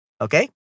okay